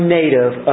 native